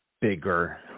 bigger